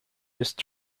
just